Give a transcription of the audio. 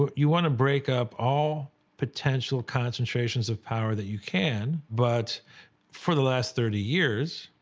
ah you want to break up all potential concentrations of power that you can. but for the last thirty years,